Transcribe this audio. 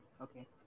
okay